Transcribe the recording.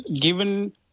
given